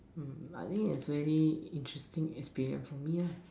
but I think its very interesting experience for me lah